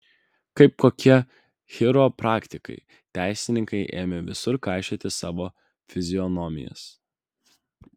kaip kokie chiropraktikai teisininkai ėmė visur kaišioti savo fizionomijas